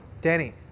Danny